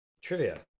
Trivia